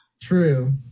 true